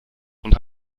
und